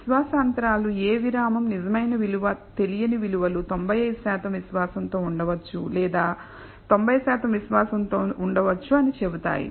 విశ్వాస అంతరాలు ఏ విరామం నిజమైన విలువ తెలియని విలువలు 95 శాతం విశ్వాసంతో ఉండవచ్చు లేదా 90 శాతం విశ్వాసంతో ఉండవచ్చు అని చెబుతాయి